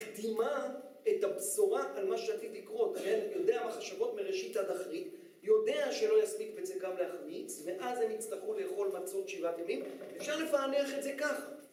מקדימה את הבשורה על מה שעתיד לקרות, הרי יודע מחשבות מראשית עד אחרית, יודע שלא יספיק בצקם להחמיץ, ואז הם יצטרכו לאכול מצות שבעת ימים, אפשר לפענח את זה ככה.